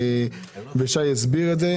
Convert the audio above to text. ושי הסביר את זה,